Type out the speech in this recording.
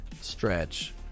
stretch